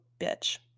bitch